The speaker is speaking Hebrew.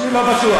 אני לא בטוח.